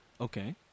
Okay